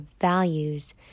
values